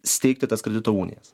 steigti tas kredito unijas